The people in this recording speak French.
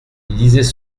lisaient